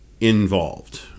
involved